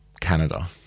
Canada